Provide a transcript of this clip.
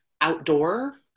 outdoor